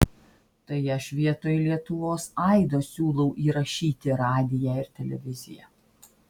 tai aš vietoj lietuvos aido siūlau įrašyti radiją ir televiziją